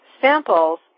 samples